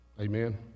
Amen